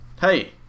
Hey